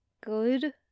good